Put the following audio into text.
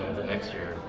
the next year.